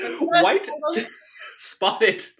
White-spotted